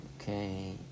Okay